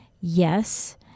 Yes